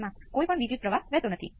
તેને કરવા માટે ઘણી બધી રીતો છે